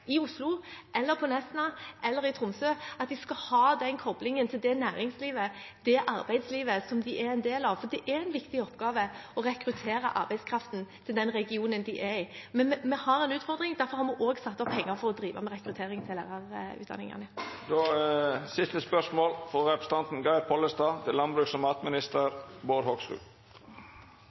en del av, for det er en viktig oppgave å rekruttere arbeidskraften til den regionen de er i. Men vi har en utfordring, og derfor har vi også satt av penger til å drive med rekruttering til lærerutdanningene. Eg har følgjande spørsmål